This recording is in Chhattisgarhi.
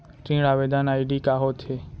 ऋण आवेदन आई.डी का होत हे?